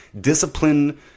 Discipline